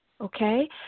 okay